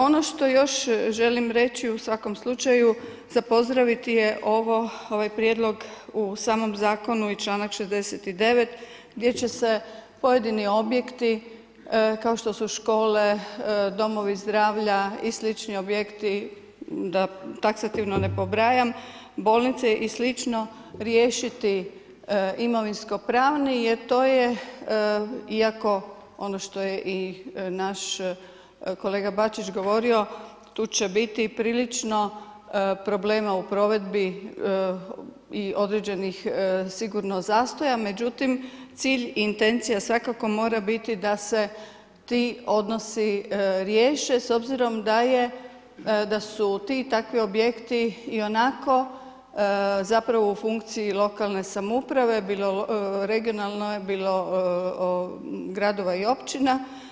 Ono što još želim reći, u svakom slučaju za pozdraviti je ovaj prijedlog u samom zakonu i članak 69. gdje će se pojedini objekti kao što su škole, domovi zdravlja i slični objekti da taksativno ne pobrajam, bolnice i sl. riješiti imovinsko-pravno jer to je iako ono što je i naš kolega Bačić govorio tu će biti prilično problema u provedbi i određenih sigurno zastoja, međutim, cilj i intencija svakako mora biti da se ti odnosi riješe s obzirom da su ti i takvi objekti i onako zapravo u funkciji lokalne samouprave bilo regionalno bilo gradova i općina.